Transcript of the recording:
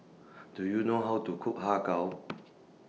Do YOU know How to Cook Har Kow